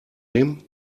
nehmen